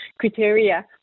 criteria